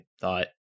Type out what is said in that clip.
thought